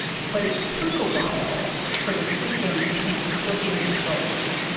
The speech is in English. but it took a while for the systems to kind of click into place.